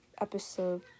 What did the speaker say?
episode